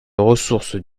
ressource